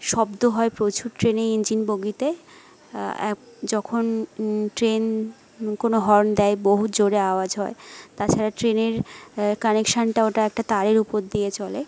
শব্দ হয় প্রচুর ট্রেনে ইঞ্জিন বগিতে যখন ট্রেন কোনো হর্ন দেয় বহুত জোরে আওয়াজ হয় তাছাড়া ট্রেনের কানেকশানটা ওটা একটা তারের উপর দিয়ে চলে